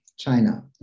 China